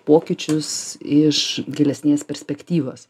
pokyčius iš gilesnės perspektyvos